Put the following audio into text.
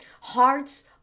Hearts